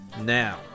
Now